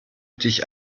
dich